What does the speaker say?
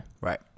Right